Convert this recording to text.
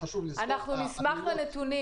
נשמח לקבל נתונים.